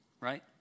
Right